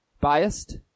Biased